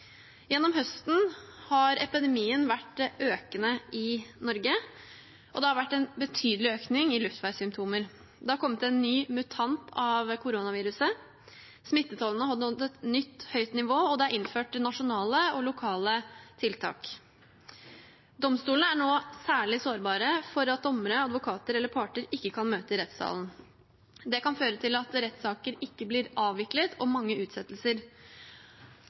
Gjennom høsten har epidemien vært økende i Norge, og det har vært en betydelig økning i luftveissymptomer. Det har kommet en ny mutant av koronaviruset, smittetallene har nådd et nytt, høyt nivå, og det er innført nasjonale og lokale tiltak. Domstolene er nå særlig sårbare for at dommere, advokater eller parter ikke kan møte i rettssalen. Det kan føre til at rettssaker ikke blir avviklet, og til mange utsettelser.